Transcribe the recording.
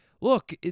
look